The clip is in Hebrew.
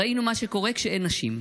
ראינו מה קורה כשאין נשים.